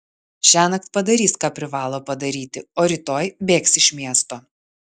šiąnakt padarys ką privalo padaryti o rytoj bėgs iš miesto